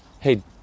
hey